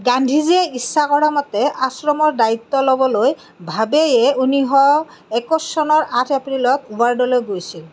গান্ধীজীয়ে ইচ্ছা কৰা মতে আশ্ৰমৰ দায়িত্ব ল'বলৈ ভাৱেয়ে ঊনৈছশ একৈছ চনৰ আঠ এপ্ৰিলত ৱাৰ্ডালৈ গৈছিল